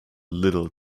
little